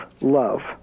love